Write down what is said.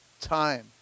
time